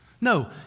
No